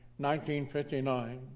1959